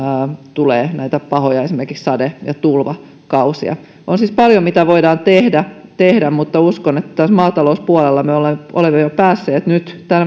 tulee esimerkiksi pahoja sade ja tulvakausia on siis paljon mitä voidaan tehdä tehdä mutta uskon että tässä maatalouspuolella me olemme jo päässeet nyt